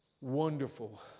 wonderful